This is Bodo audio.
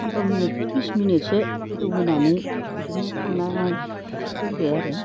पन्द्र' मिनिट बा बिस मिनिटसो गोदौ होनानै बिदिनो खांना दोनबाय आरो